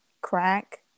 crack